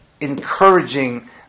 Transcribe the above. encouraging